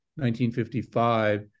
1955